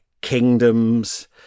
kingdoms